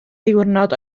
ddiwrnod